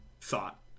thought